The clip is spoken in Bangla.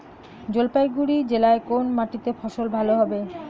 জলপাইগুড়ি জেলায় কোন মাটিতে ফসল ভালো হবে?